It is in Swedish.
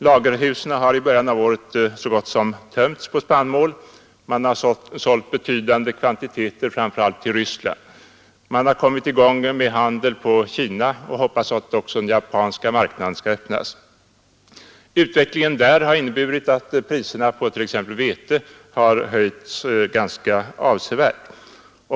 Lagerhusen har i början av året så gott som tömts på spannmål. Man har sålt betydande kvantiteter framför allt till Ryssland. Man har kommit i gång med handeln på Kina och hoppas också att den japanska marknaden skall öppnas. Utvecklingen i USA har inneburit att priserna på t.ex. vete har höjts ganska avsevärt.